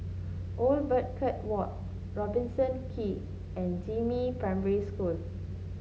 Old Birdcage Walk Robertson Quay and Jiemin Primary School